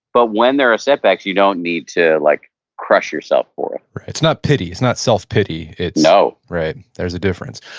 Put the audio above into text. but when there are setbacks you don't need to like crush yourself for it it's not pity. it's not self pity no right. there's a difference.